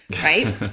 right